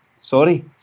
Sorry